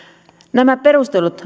nämä perustelut